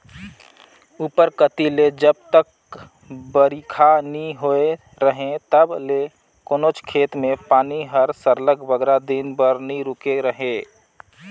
उपर कती ले जब तक बरिखा नी होए रहें तब ले कोनोच खेत में पानी हर सरलग बगरा दिन बर नी रूके रहे